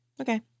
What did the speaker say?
Okay